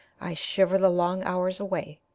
i shiver the long hours away,